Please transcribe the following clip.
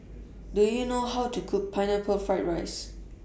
Do YOU know How to Cook Pineapple Fried Rice